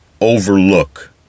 overlook